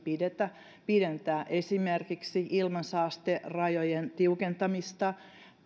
pidentää esimerkiksi ilmansaasterajojen tiukentamista